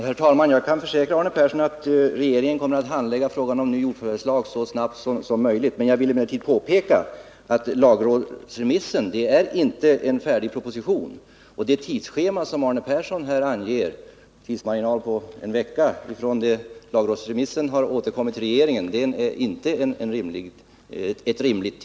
Herr talman! Jag kan försäkra Arne Persson att regeringen kommer att handlägga frågan om ny jordförvärvslag så snabbt som möjligt. Jag vill emellertid påpeka att lagrådsremissen inte är en färdig proposition. Det tidsschema som Arne Persson anger, en vecka från det lagrådsremissen återkommit till regeringen, är inte rimligt.